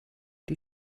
die